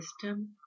system